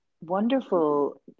wonderful